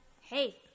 hey